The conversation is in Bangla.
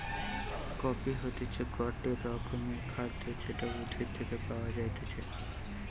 কফি হতিছে গটে রকমের খাদ্য যেটা উদ্ভিদ থেকে পায়া যাইতেছে